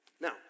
Now